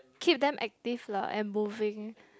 keep them active lah and moving